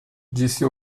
disse